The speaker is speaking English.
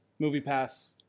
MoviePass